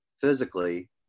physically